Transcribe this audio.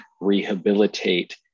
rehabilitate